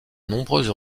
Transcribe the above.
nombreuses